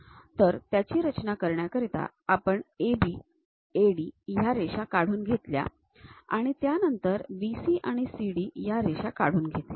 तर त्याची रचना करण्याकरिता आपण AB AD ह्या रेषा काढून घेतल्या आणि त्यानंतर BC आणि CD ह्या रेषा काढून घेतल्या